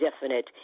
definite